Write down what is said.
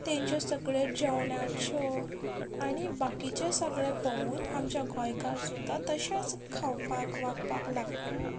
तेंच्यो सगळ्यो जेवणाच्यो आणी बाकिचें सगळें पवून आमच्या गोंयकार सुद्दां तशेंच खावपाक वागपाक लागल्या